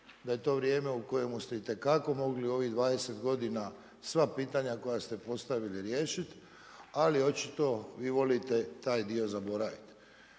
da je to vrijeme u kojemu ste i te kako mogli ovih 20 godina sva pitanja koja ste postavili riješit, ali očito vi volite taj dio zaboravit.